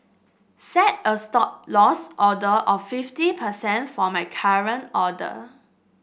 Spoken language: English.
set a Stop Loss order of fifty percent for my current order